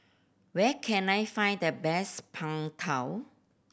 where can I find the best Png Tao